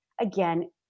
again